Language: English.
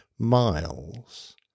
Miles